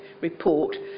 report